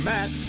Matt